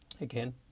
Again